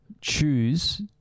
choose